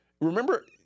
Remember